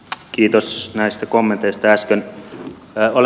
kiitos näistä kommenteista äsken